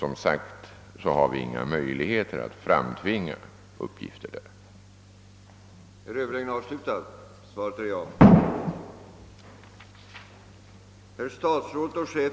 Vi har som sagt inga möjligheter att tvinga fram uppgifter därifrån.